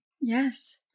Yes